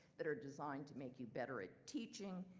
that are designed to make you better at teaching.